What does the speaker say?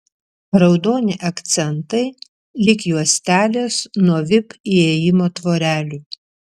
raudoni akcentai lyg juostelės nuo vip įėjimo tvorelių